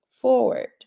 forward